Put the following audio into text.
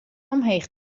omheech